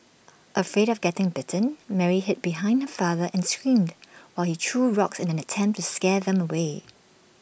afraid of getting bitten Mary hid behind her father and screamed while he threw rocks in an attempt to scare them away